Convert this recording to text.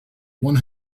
one